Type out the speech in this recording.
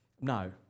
No